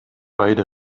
beide